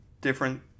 different